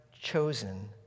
chosen